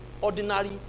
Ordinary